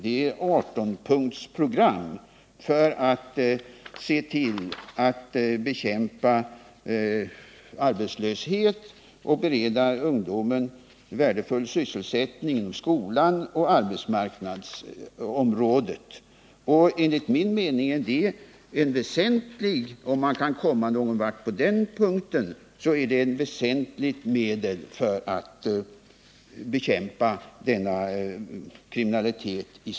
Det är ett 18-punktsprogram med syfte att bekämpa arbetslöshet och bereda ungdomen värdefull sysselsättning inom skolan och på arbetsmarknaden. Om man kan komma någon vart på den punkten är det enligt min mening ett väsentligt medel för att bekämpa denna kriminalitet.